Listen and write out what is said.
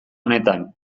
honetan